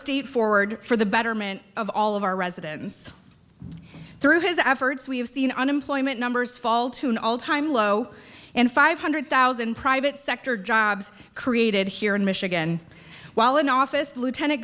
state forward for the betterment of all of our residents through his efforts we've seen unemployment numbers fall to an all time low and five hundred thousand private sector jobs created here in michigan while in office lieutenant